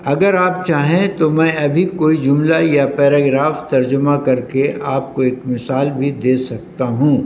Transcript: اگر آپ چاہیں تو میں ابھی کوئی جملہ یا پیراگراف ترجمہ کر کے آپ کو ایک مثال بھی دے سکتا ہوں